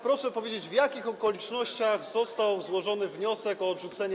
Proszę powiedzieć, w jakich okolicznościach został złożony wniosek o odrzucenie.